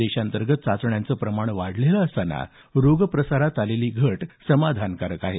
देशातंर्गत चाचण्यांचं प्रमाण वाढलेलं असताना रोगप्रसारात आलेली घट समाधानकारक आहे